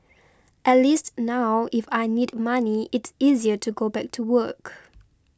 at least now if I need money it's easier to go back to work